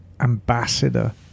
ambassador